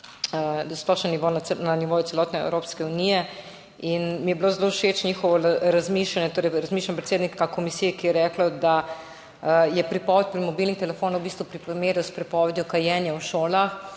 na nivoju celotne Evropske unije. Zelo mi je bilo všeč njihovo razmišljanje, torej razmišljanje predsednika komisije, ki je prepoved mobilnih telefonov v bistvu primerjal s prepovedjo kajenja v šolah